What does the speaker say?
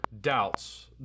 doubts